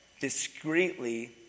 discreetly